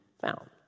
found